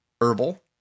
Herbal